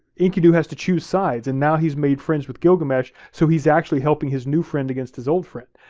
enkidu has to choose sides, and now he's made friends with gilgamesh, so he's actually helping his new friend against his old friend.